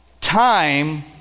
time